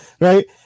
right